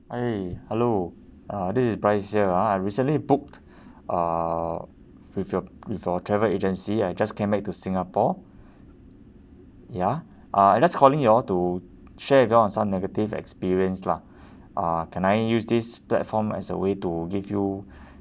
eh hello uh this is bryce here ah I recently booked uh with your with your travel agency I just came back to singapore ya uh I just calling y'all to share with y'all on some negative experience lah uh can I use this platform as a way to give you